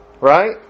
right